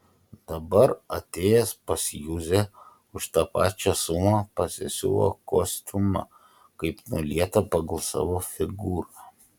dabar atėjęs pas juzę už tą pačią sumą pasisiuvo kostiumą kaip nulietą pagal savo figūrą